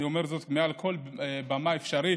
אני אומר זאת מעל כל במה האפשרית,